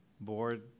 board